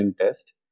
test